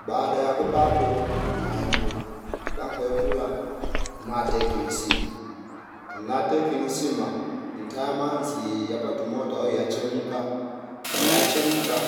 Baada ya kupa poo inaepula lankuepula nateki insima nateki insima ntaya manzi yapatu mota au yachemka kono yachemka